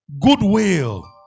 goodwill